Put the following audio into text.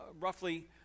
roughly